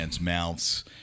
mouths